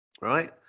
right